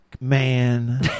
man